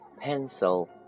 pencil